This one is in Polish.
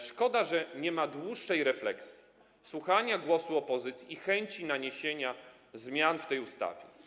Szkoda, że nie ma dłuższej refleksji, słuchania głosu opozycji i chęci naniesienia zmian w tej ustawie.